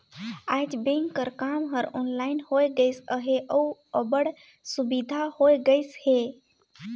आएज बेंक कर काम हर ऑनलाइन होए गइस अहे अउ अब्बड़ सुबिधा होए गइस अहे